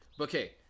Okay